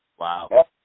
Wow